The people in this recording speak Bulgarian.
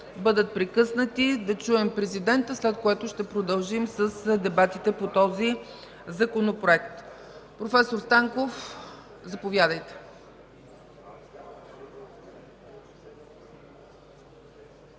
бъдат прекъснати, за да чуем президента. След това ще продължим с дебатите по Законопроекта. Професор Станков, заповядайте.